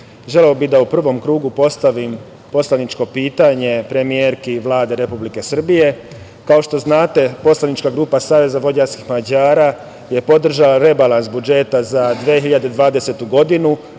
bih da u pravom krugu postavim poslaničko pitanje premijerki Vlade Republike Srbije. Kao što znate poslanička grupa SVM je podržala rebalans budžeta za 2020. godinu,